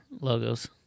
logos